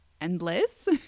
Endless